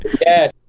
Yes